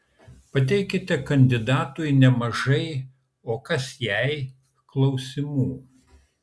pateikite kandidatui nemažai o kas jei klausimų